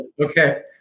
Okay